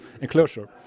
enclosure